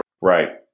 Right